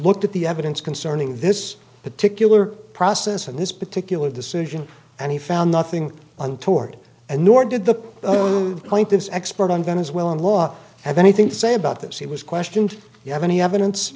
looked at the evidence concerning this particular process and this particular decision and he found nothing untoward and nor did the point this expert on venezuelan law have anything to say about that she was questioned you have any evidence